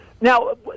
Now